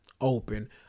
open